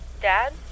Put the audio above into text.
Dad